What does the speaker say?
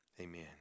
amen